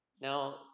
Now